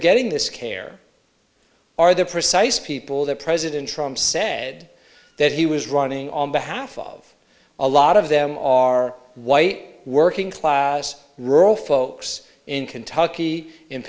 getting this care are the precise people that president trump said that he was running on behalf of a lot of them are white working class rural folks in kentucky in